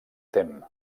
tem